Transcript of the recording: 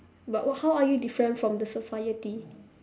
but what how are you different from the society